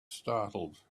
startled